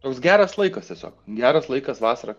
toks geras laikas tiesiog geras laikas vasarą